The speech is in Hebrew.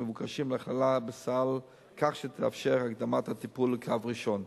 ומבוקשים להכללה בסל כך שתתאפשר הקדמת הטיפול לקו ראשון.